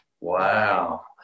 wow